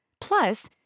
Plus